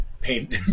paint